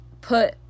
put